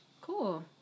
Cool